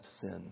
sin